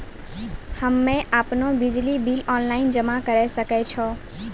हम्मे आपनौ बिजली बिल ऑनलाइन जमा करै सकै छौ?